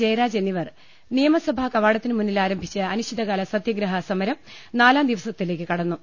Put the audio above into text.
ജയരാജ് എന്നിവർ നിയമസഭാ കവാടത്തിനു മുന്നിൽ ആരംഭിച്ച അനി ശ്ചിതകാല സത്യഗ്രഹ സമരം നാലാം ദിവസത്തിലേക്ക് കടന്നു